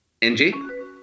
NG